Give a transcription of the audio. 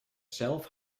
zelf